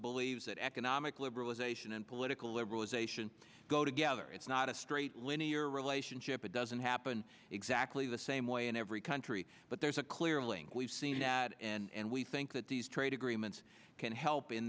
believes that economic liberalization and political liberalization go together it's not a straight linear relationship it doesn't happen exactly the same way in every country but there's a clear link we've seen that and we think that these trade agreements can help in